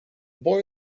boy